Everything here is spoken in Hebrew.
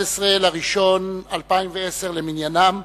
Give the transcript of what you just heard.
11 בינואר 2010 למניינם.